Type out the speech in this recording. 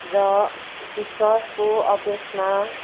र विश्वासको अभ्यासमा